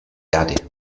erde